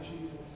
Jesus